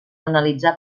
analitzar